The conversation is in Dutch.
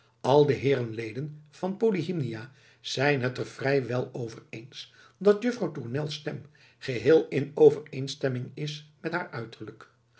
al de heeren leden van polyhymnia zijn het er vrij wel over eens dat juffrouw tournel's stem geheel in overeenstemming is met haar uiterlijk